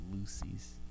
Lucy's